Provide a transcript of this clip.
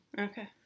Okay